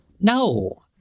No